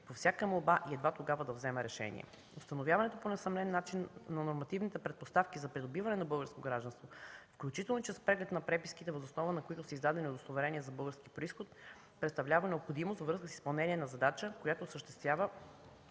на всяка молба и едва тогава да вземе решение. Установяването на нормативните предпоставки за придобиване на българско гражданство, включително и чрез преглед на преписките, въз основа на които са издадени удостоверения за български произход, по несъмнен начин представлява необходимост във връзка с изпълнение на задача, която се осъществява